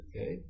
okay